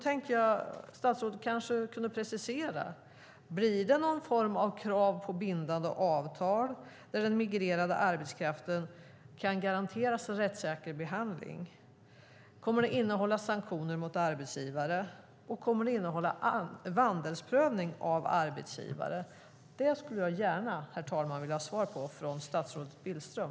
Kanske statsrådet kunde precisera: Blir det någon form av krav på bindande avtal där den migrerade arbetskraften kan garanteras en rättssäker behandling? Kommer det att innehålla sanktioner mot arbetsgivare, och kommer det att innehålla vandelsprövning av arbetsgivare? Det skulle jag gärna vilja ha svar på från statsrådet Billström.